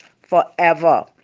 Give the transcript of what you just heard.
forever